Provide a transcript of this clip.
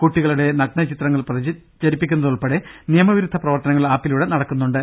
കുട്ടികളുട നഗ്ന ചിത്രങ്ങൾ പ്രചരിപ്പിക്കുന്നതുൾപ്പെടെ നിയമവിരുദ്ധ പ്രവർത്തനങ്ങൾ ആപ്പിലൂടെ നടക്കുന്നുണ്ട്